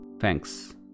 Thanks